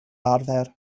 arfer